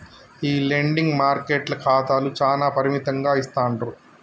ఈ లెండింగ్ మార్కెట్ల ఖాతాలు చానా పరిమితంగా ఇస్తాండ్రు